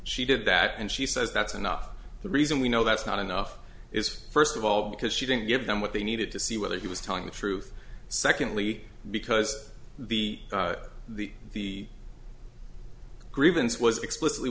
she did that and she says that's enough the reason we know that's not enough is first of all because she didn't give them what they needed to see whether he was telling the truth secondly because the the the grievance was explicitly